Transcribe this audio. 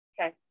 Okay